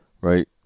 right